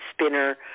spinner